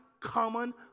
common